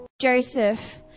Joseph